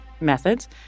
methods